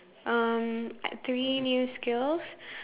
um three new skills